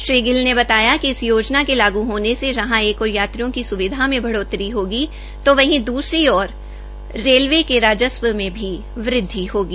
श्री गिल ने बताया कि इस योजना के लागू होने से जहां एक ओर यात्रियों की सुविधा में बढोतरी होगी तो वहीं दूसरी ओर रेलवे के राजस्व में भी वृद्धि होगी